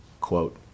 quote